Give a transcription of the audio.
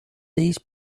these